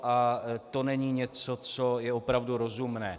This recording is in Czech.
A to není něco, co je opravdu rozumné.